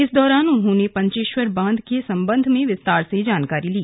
इस दौरान उन्होंने पंचेश्वर बांध के सम्बन्ध में विस्तार से जानकारी ली